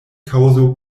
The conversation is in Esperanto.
kaŭzo